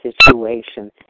situation